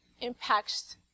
impacts